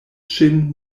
ŝin